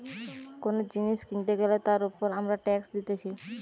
কোন জিনিস কিনতে গ্যালে তার উপর আমরা ট্যাক্স দিতেছি